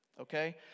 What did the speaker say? okay